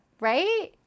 Right